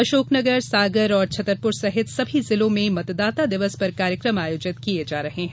अशोकनगरसागर और छतरपुर सहित सभी जिलों में मतदाता दिवस पर कार्यक्रम आयोजित किये जा रहे हैं